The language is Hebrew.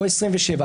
או 27,